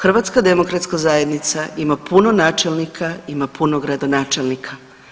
HDZ ima puno načelnika, ima puno gradonačelnika.